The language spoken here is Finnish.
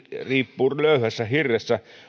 riippuu löyhässä hirressä